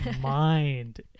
mind